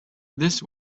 this